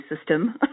system